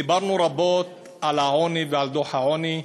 דיברנו רבות על העוני, ועל דוח העוני,